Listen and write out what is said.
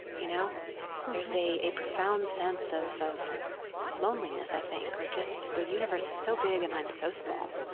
you know there's a a profound sense of of loneliness, i think, or just the universe is so big and i'm so small.